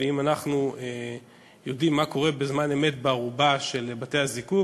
ואם אנחנו יודעים מה קורה בזמן אמת בארובה של בתי-הזיקוק,